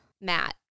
Matt